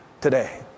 today